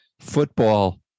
football